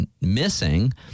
missing